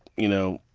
you know,